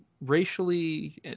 racially